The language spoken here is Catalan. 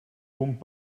punt